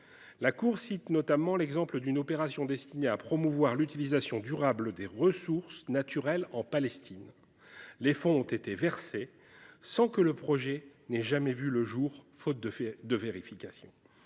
comptes cite notamment l’exemple d’une opération destinée à promouvoir l’utilisation durable des ressources naturelles en Palestine : les fonds ont été versés sans que le projet ait jamais vu le jour, faute de vérification…